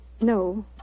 no